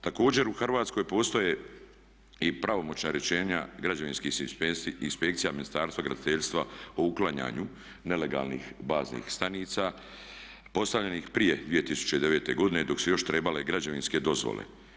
Također u Hrvatskoj postoje i pravomoćna rješenja građevinskih inspekcija Ministarstva graditeljstva o uklanjanju nelegalnih baznih stanica postavljenih prije 2009. godine dok su još trebale građevinske dozvole.